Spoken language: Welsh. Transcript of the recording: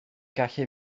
gallu